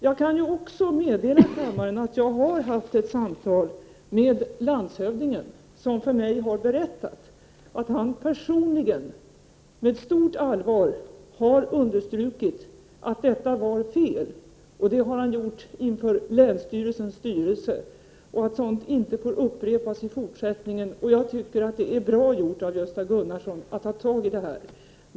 Jag kan också meddela kammaren att jag har haft ett samtal med landshövdingen, som för mig har berättat att han för länsstyrelsens styrelse personligen och med stort allvar har understrukit det felaktiga i förfarandet och att sådant inte får upprepas i fortsättningen. Jag tycker att det är bra gjort av Gösta Gunnarsson att ta tag i detta.